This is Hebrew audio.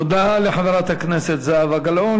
תודה לחברת הכנסת זהבה גלאון.